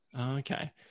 okay